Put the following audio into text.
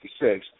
1966